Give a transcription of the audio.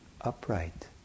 upright